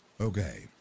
Okay